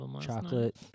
chocolate